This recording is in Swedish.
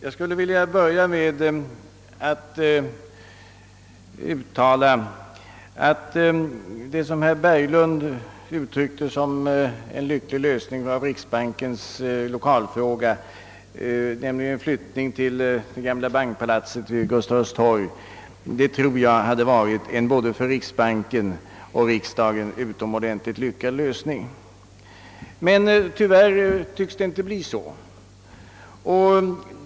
Herr talman! Det som herr Berglund fann vara en lycklig lösning på riksbankens lokalfråga, flyttningen till det gamla bankpalatset vid Gustaf Adolfs torg, tror också jag hade varit en både för riksbanken och riksdagen utomordentligt lyckad lösning. Tyvärr tycks dock inte den flyttningen bli av.